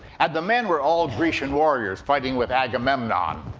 and the men were all grecian warriors fighting with agamemnon.